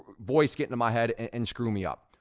voice get into my head and and screw me up.